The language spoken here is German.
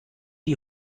die